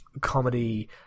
comedy